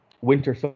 Winter